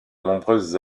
nombreuses